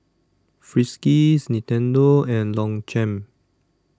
Friskies Nintendo and Longchamp